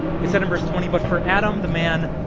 it said in verse twenty but for adam, the man,